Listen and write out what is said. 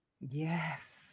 Yes